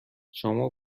شما